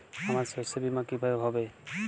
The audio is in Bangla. আমার শস্য বীমা কিভাবে হবে?